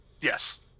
Yes